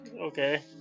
Okay